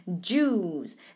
Jews